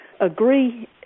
agree